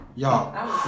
Y'all